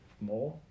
more